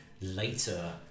later